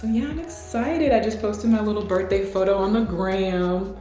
yeah, i'm excited. i just posted my little birthday photo on the ground.